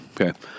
Okay